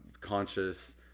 conscious